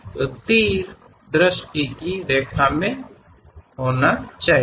तो तीर दृष्टि की रेखा में होना चाहिए